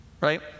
Right